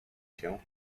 się